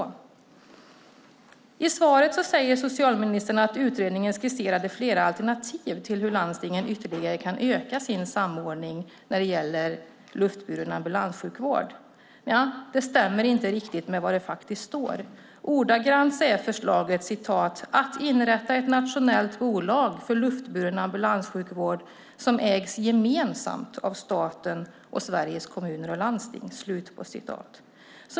I svaret säger socialministern att utredningen skisserade flera alternativ till hur landstingen ytterligare kan öka sin samordning när det gäller luftburen ambulanssjukvård. Det stämmer inte riktigt med vad det står. Förslaget är att inrätta ett nationellt bolag för luftburen ambulanssjukvård som ägs gemensamt av staten och Sveriges Kommuner och Landsting.